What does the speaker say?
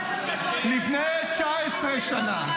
לפני 19 שנה,